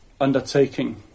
undertaking